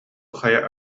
хайа